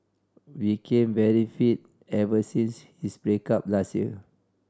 became very fit ever since his break up last year